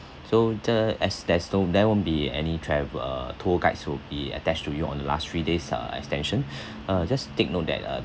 so the as there's no there won't be any travel uh tour guides will be attach to you on the last three days uh extension uh just take note that uh